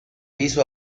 hizo